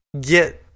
get